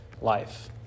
life